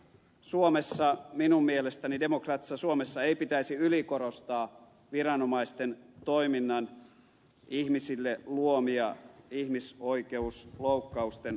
suomessa minun mielestäni demokraattisessa suomessa ei pitäisi ylikorostaa viranomaisten toiminnan ihmisille luomia ihmisoikeusloukkausten uhkia